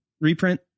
reprint